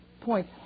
point